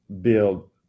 build